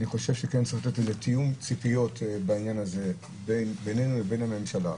צריך להיכנס לתיאום ציפיות בינינו לבין הממשלה.